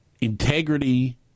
integrity